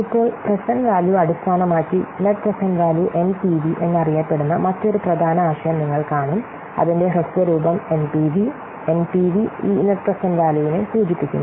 ഇപ്പോൾ present value അടിസ്ഥാനമാക്കി net present value എന്നറിയപ്പെടുന്ന മറ്റൊരു പ്രധാന ആശയം നിങ്ങൾ കാണും അതിന്റെ ഹ്രസ്വ രൂപം എൻപിവി എൻപിവി ഈ നെറ്റ് പ്രേസേന്റ്റ് വാല്യൂവിനെ സൂചിപ്പിക്കുന്നു